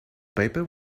paper